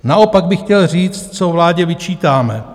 Naopak bych chtěl říct, co vládě vyčítáme.